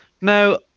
No